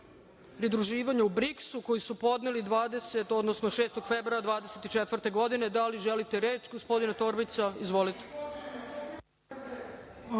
pridruživanju BRIKS-u, koji su podneli 6. februara 2024. godine. Da li želite reč, gospodine Torbica? Izvolite.